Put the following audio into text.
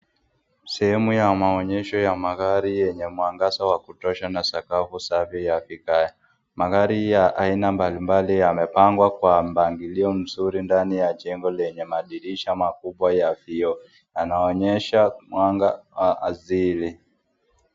Sehemu ya maonyesho ya magari yenye mwangaza ya kutosha na sakafu ya vigae. Magari aina mbali mbali yamepangwa kwa mpangilio mzuri ndani ya jengo lenye madirisha makubwa ya vioo. Yanaonesha mwanga wa asili.